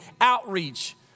outreach